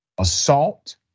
assault